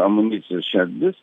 amunicijos šerdis